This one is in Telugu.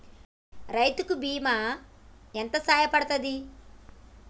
రైతు కి బీమా ఎంత సాయపడ్తది?